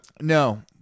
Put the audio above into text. No